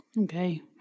Okay